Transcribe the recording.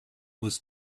was